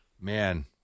Man